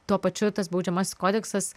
tuo pačiu tas baudžiamasis kodeksas